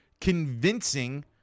convincing